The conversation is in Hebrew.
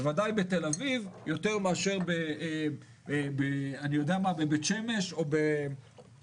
בוודאי בתל אביב יותר מאשר בבית שמש או בטייבה.